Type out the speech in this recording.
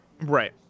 Right